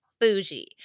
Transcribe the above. bougie